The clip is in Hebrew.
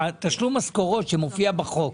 תשלום המשכורות שמופיע בחוק,